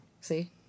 See